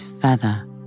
feather